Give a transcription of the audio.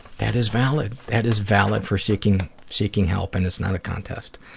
that is valid. that is valid for seeking seeking help, and it's not a contest.